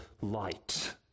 light